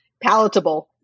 Palatable